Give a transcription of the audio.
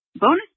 Bonus